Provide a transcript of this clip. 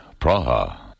Praha